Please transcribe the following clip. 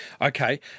Okay